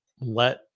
let